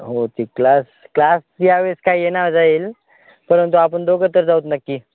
हो ते class class यावेळेस काय येण्यावर जाईल परंतु आपण दोघं तर जाऊत नक्की